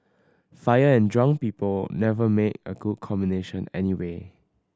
fire and drunk people never make a good combination anyway